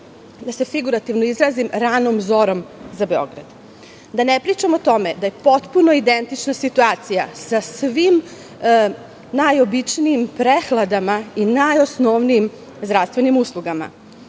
da se figurativno izrazim, ranom zorom za Beograd. Da ne pričam o tome da je potpuno identična situacija sa svim najobičnijim prehladama i najosnovnijim zdravstvenim uslugama. Savez